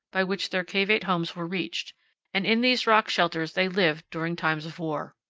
by which their cavate houses were reached and in these rock shelters they lived during times of war.